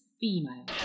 female